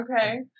okay